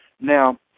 Now